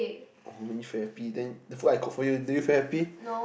you make me feel happy then the food I cook for you do you feel happy